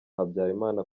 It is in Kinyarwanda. habyarimana